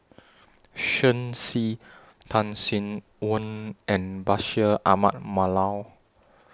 Shen Xi Tan Sin Aun and Bashir Ahmad Mallal